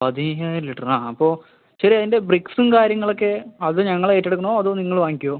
പതിനായിരം ലിറ്ററ് ആ അപ്പോൾ ശരി അതിന്റെ ബ്രിക്സും കാര്യങ്ങളൊക്കെ അത് ഞങ്ങൾ ഏറ്റെടുക്കണോ അതോ നിങ്ങള് വാങ്ങിക്കുമോ